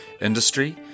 industry